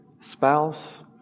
spouse